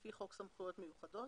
לפי חוק סמכויות מיוחדות